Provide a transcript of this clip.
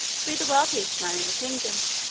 to be the wealthiest man in the kingdom.